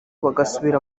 bagasubira